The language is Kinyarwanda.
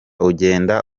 ugenda